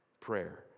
prayer